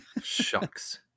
Shucks